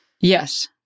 Yes